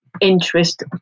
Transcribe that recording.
interest